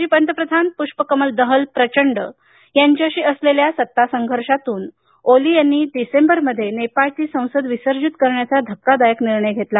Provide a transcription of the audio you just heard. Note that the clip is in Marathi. माजी पंतप्रधान पुष्प कमल दहल प्रचंड यांच्याशी असलेल्या सत्ता संघर्षातून ओली यांनी डिसेंबरमध्ये नेपाळची संसद विसर्जित करण्याचा धक्कादायक निर्णय घेतला